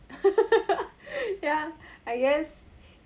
ya I guess